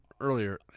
earlier